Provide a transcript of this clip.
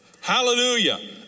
Hallelujah